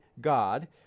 God